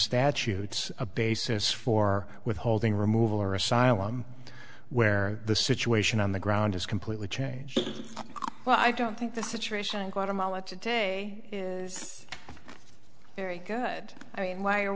statutes a basis for withholding removal or asylum where the situation on the ground has completely changed well i don't think the situation in guatemala today is very good i mean why are